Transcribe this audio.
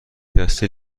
دسته